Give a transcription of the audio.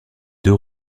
deux